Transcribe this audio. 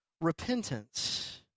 repentance